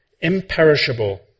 Imperishable